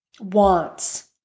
wants